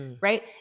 right